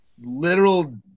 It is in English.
literal